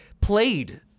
played